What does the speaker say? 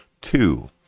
two